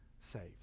saved